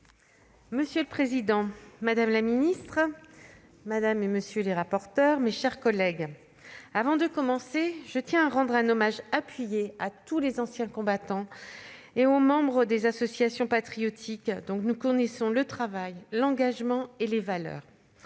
Monsieur le président, madame la ministre, mes chers collègues, avant de commencer, je tiens à rendre un hommage appuyé à tous les anciens combattants et aux membres des associations patriotiques, dont nous connaissons le travail, l'engagement et les valeurs,